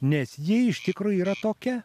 nes ji iš tikro yra tokia